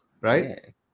right